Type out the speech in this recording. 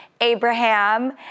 Abraham